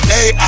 Hey